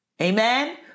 Amen